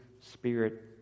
spirit